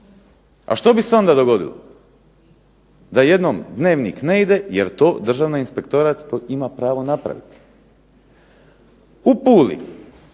A što bi se onda dogodilo, da jednom Dnevnik ne ide jer to Državni inspektorat ima pravo napraviti. U Puli